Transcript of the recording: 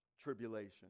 Tribulation